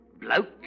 bloke